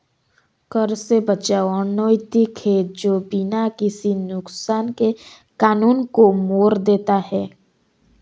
कर से बचाव अनैतिक है जो बिना किसी नुकसान के कानून को मोड़ देता है